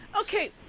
Okay